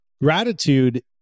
gratitude